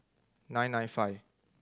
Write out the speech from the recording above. nine nine five